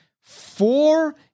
four